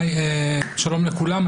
שלום לכולם.